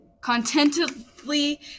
contentedly